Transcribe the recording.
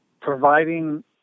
providing